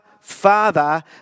Father